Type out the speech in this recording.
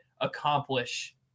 accomplish